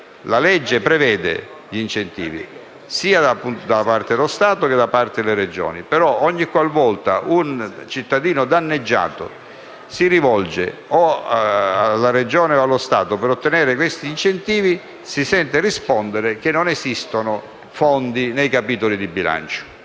la legge prevede incentivi sia da parte dello Stato, sia da parte delle Regioni; ma ogniqualvolta un cittadino danneggiato si rivolge alla Regione o allo Stato per ottenere questi incentivi si sente rispondere che non esistono fondi nei capitoli di bilancio.